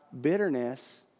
bitterness